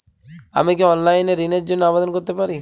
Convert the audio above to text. আমি কি অনলাইন এ ঋণ র জন্য আবেদন করতে পারি?